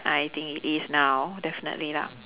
I think it is now definitely lah